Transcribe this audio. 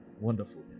wonderful